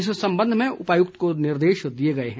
इस संबंध में उपायुक्त को निर्देश दिए गए हैं